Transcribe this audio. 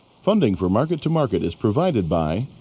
funding for market to market is provided by